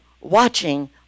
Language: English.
watching